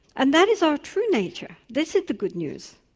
and that is our true nature this is the good news.